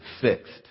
fixed